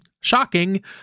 shocking